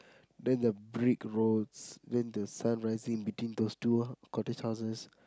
then the brick roads then the sun rising between those two cottage houses